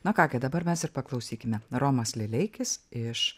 na ką gi dabar mes ir paklausykime romas lileikis iš